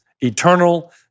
eternal